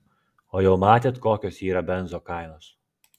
o jau matėt kokios yra benzo kainos